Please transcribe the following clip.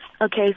Okay